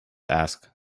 asked